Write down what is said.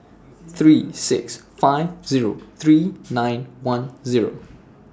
three six five Zero three nine one Zero